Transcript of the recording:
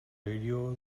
radio